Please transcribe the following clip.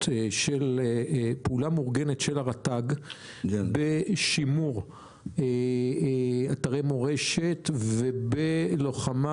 מאורגנות של הרט"ג בשימור אתרי מורשת ובלוחמה